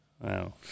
Wow